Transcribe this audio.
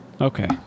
Okay